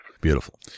Beautiful